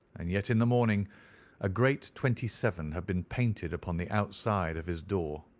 and yet in the morning a great twenty seven had been painted upon the outside of his door.